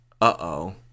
uh-oh